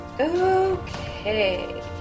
Okay